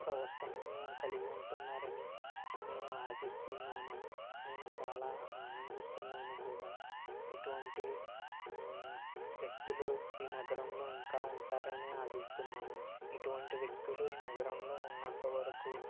ప్రవర్తనను కలిగి ఉంటున్నారని నేను ఆశిస్తున్నాను నేను చాలా ఆనందిస్తున్నాను కూడా ఇటువంటి వ్యక్తులు ఈ నగరంలో ఇంకా ఉంటారని ఆశిస్తున్నాను ఇటువంటి వ్యక్తులు ఈ నగరంలో ఉన్నంత వరకు